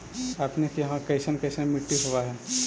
अपने के यहाँ कैसन कैसन मिट्टी होब है?